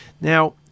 Now